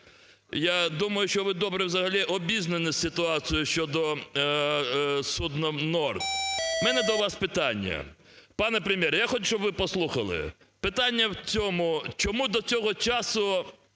Я думаю, що ви добре взагалі обізнані з ситуацією щодо із судном "Норд". В мене до вас питання, пане Прем'єр, я хочу, щоб ви послухали. Питання в цьому,:чому до цього часу